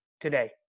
today